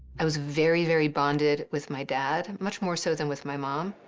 i was very, very bonded with my dad much more so than with my mom.